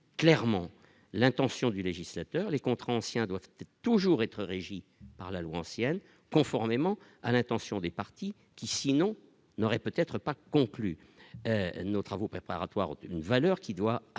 clairement l'intention du législateur, les contrats anciens doivent toujours être régis par la loi ancienne conformément à l'intention des parties qui sinon n'auraient peut-être pas, conclut nos travaux préparatoires ont une valeur qui doit absolument